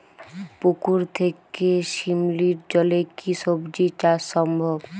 পুকুর থেকে শিমলির জলে কি সবজি চাষ সম্ভব?